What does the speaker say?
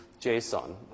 json